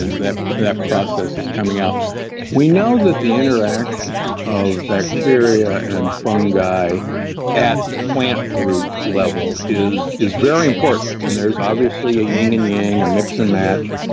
and that that process is coming out we know that the interaction of bacteria and fungi at plant root level is is very important and there's obviously a yin and yang, a mix and match.